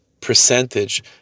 percentage